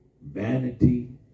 vanity